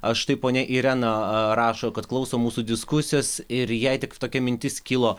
štai ponia irena rašo kad klauso mūsų diskusijos ir jei tik tokia mintis kilo